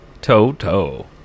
Toto